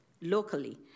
locally